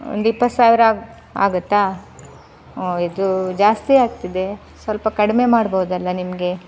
ಒಂದು ಇಪ್ಪತ್ತು ಸಾವಿರ ಆಗುತ್ತಾ ಇದು ಜಾಸ್ತಿ ಆಗ್ತಿದೆ ಸ್ವಲ್ಪ ಕಡಿಮೆ ಮಾಡ್ಬೋದಲ್ಲ ನಿಮಗೆ